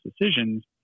decisions